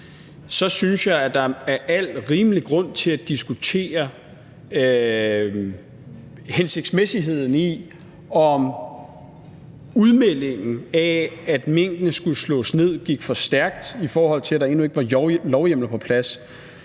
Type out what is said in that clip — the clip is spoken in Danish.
Så synes jeg, at der er al rimelig grund til at diskutere hensigtsmæssigheden i, om udmeldingen af, at minkene skulle slås ned, gik for stærkt, i forhold til at der endnu ikke var lovhjemmel på plads.